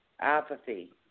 apathy